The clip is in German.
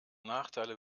nachteile